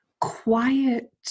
quiet